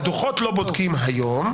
את הדוחות לא בודקים היום.